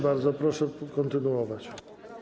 Bardzo proszę kontynuować.